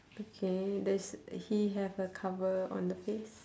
okay there's he have a cover on the face